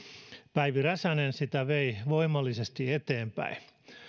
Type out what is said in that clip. päivi räsänen sitä vei voimallisesti eteenpäin